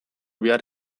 behar